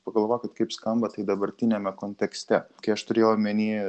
pagalvokit kaip skamba tai dabartiniame kontekste kai aš turėjau omeny